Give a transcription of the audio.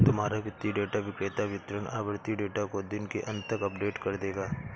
तुम्हारा वित्तीय डेटा विक्रेता वितरण आवृति डेटा को दिन के अंत तक अपडेट कर देगा